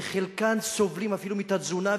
וחלקם סובלים אפילו מתת-תזונה.